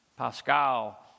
Pascal